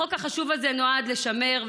החוק החשוב הזה נועד לשמר,